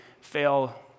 fail